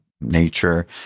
nature